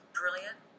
brilliant